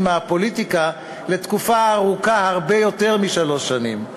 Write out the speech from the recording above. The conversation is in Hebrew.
מהפוליטיקה לתקופה ארוכה הרבה יותר משלוש שנים,